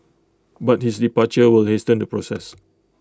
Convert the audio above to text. but his departure will hasten the process